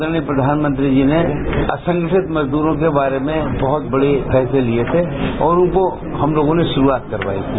आदरणीय प्रधानमंत्री जी ने असंगठित मजदूरों के बारे में बहुत बड़े फैसले लिए थे और उनको हम लोगों ने शुरूआत करवायी थी